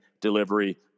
delivery